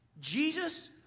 Jesus